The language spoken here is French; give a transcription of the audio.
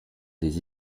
des